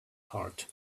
heart